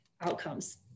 outcomes